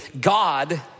God